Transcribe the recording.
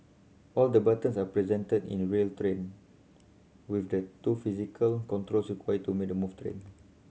all the buttons are present in real train with the two physical controls required to make the move train